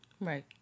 right